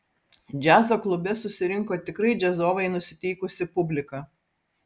džiazo klube susirinko tikrai džiazovai nusiteikusi publika